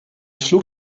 flug